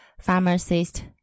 pharmacist